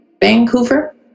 Vancouver